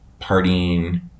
partying